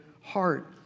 heart